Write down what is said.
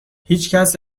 هیچکس